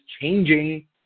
changing